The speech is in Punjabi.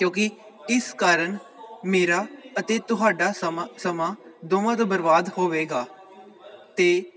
ਕਿਉਂਕਿ ਇਸ ਕਾਰਨ ਮੇਰਾ ਅਤੇ ਤੁਹਾਡਾ ਸਮਾਂ ਸਮਾਂ ਦੋਵਾਂ ਦਾ ਬਰਬਾਦ ਹੋਵੇਗਾ ਅਤੇ